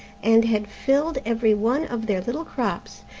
and had filled every one of their little crops.